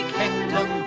kingdom